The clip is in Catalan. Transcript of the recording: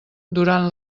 durant